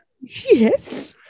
Yes